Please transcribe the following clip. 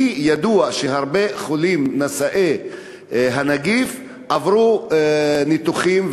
לי ידוע שהרבה חולים נשאי הנגיף עברו ניתוחים,